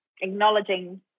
acknowledging